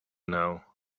now